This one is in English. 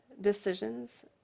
decisions